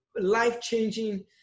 life-changing